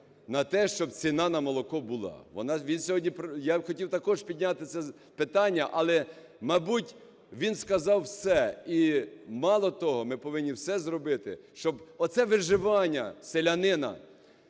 на те, щоб ціна на молоко була. Я хотів також підняти це питання, але, мабуть, він сказав все. І мало того, ми повинні все зробити, щоб оце виживання селянина,